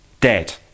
dead